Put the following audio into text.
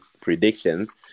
predictions